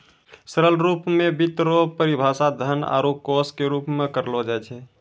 सरल रूप मे वित्त रो परिभाषा धन आरू कोश के रूप मे करलो जाय छै